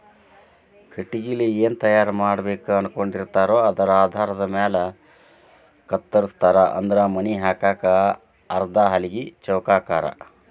ಕಟಗಿಲೆ ಏನ ತಯಾರ ಮಾಡಬೇಕ ಅನಕೊಂಡಿರತಾರೊ ಆಧಾರದ ಮ್ಯಾಲ ಕತ್ತರಸ್ತಾರ ಅಂದ್ರ ಮನಿ ಹಾಕಾಕ ಆದ್ರ ಹಲಗಿ ಚೌಕಾಕಾರಾ